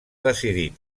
decidir